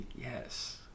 Yes